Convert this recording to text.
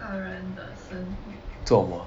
做什么